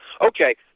Okay